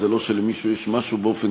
זה לא שלמישהו יש משהו באופן